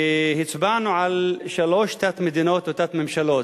והצבענו על שלוש תת-מדינות או תת-ממשלות.